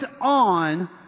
on